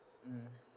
mm